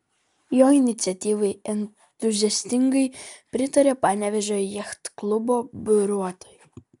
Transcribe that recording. jo iniciatyvai entuziastingai pritarė panevėžio jachtklubo buriuotojai